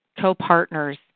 co-partners